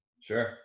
sure